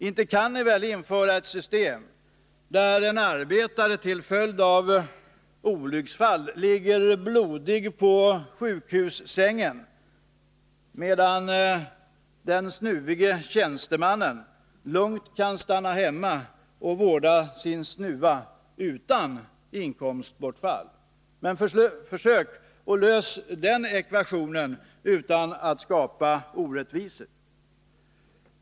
Inte kan ni väl införa ett system där en arbetare, som på grund av olycksfall ligger blodig på sjukhussängen, själv skall betala för karensdagarna, medan den snuvige tjänstemannen lugnt kan stanna hemma och vårda sin snuva utan inkomstbortfall? Försök att lösa den ekvationen utan att skapa orättvisor!